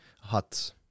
huts